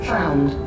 Found